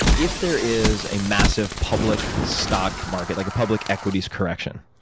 if there is a massive public stock market, like a public equities correction,